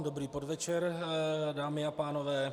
Dobrý podvečer, dámy a pánové.